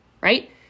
right